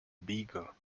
beagle